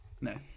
No